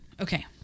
Okay